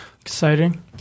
Exciting